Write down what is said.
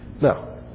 Now